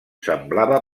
semblava